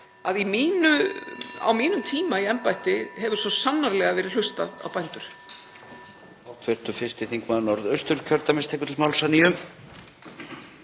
að á mínum tíma í embætti hefur svo sannarlega verið hlustað á bændur.